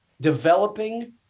developing